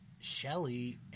Shelly